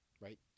right